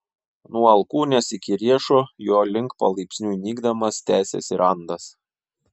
nuo alkūnės iki riešo jo link palaipsniui nykdamas tęsėsi randas